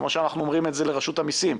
כמו שאנחנו אומרים את זה לרשות המיסים: